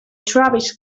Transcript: travis